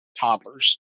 toddlers